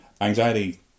anxiety